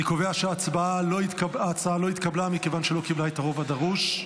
אני קובע שההצעה לא התקבלה מכיוון שלא קיבלה את הרוב הדרוש.